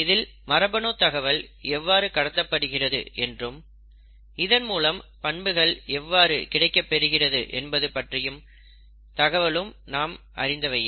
இதில் மரபணு தகவல் எவ்வாறு கடத்தப்படுகிறது என்றும் இதன் மூலம் பண்புகள் எவ்வாறு கிடைக்கப் பெறுகிறது என்பது பற்றிய தகவலும் நாம் அறிந்தவையே